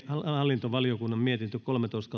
hallintovaliokunnan mietintö kolmetoista